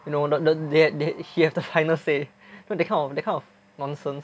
you know the the they have he have the final say that kind of that kind of nonsense